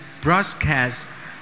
broadcast